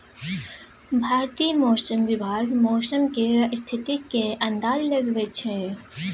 भारतीय मौसम विभाग मौसम केर स्थितिक अंदाज लगबै छै